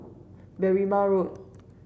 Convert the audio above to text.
Berrima Road